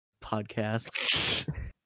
podcasts